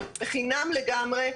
חינם לגמרי.